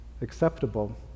acceptable